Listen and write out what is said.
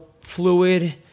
fluid